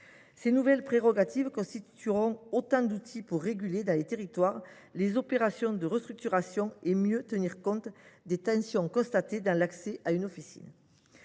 Ces nouvelles prérogatives seront autant d’outils permettant de réguler, dans les territoires, les opérations de restructuration et de mieux tenir compte des tensions constatées dans l’accès à une officine.